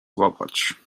złapać